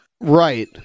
Right